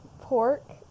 pork